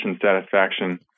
satisfaction